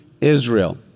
Israel